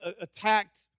attacked